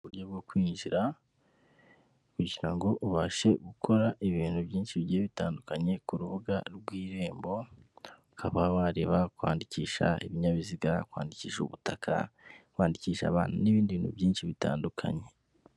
Uburyo bwo kwinjira, kugira ngo ubashe gukora ibintu byinshi bigiye bitandukanye ku rubuga rw'irembo, ukaba wareba kwandikisha ibinyabiziga, kwandikisha ubutaka, kwandikisha abantu, n'ibindi bintu byinshi bitandukanye.